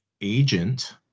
agent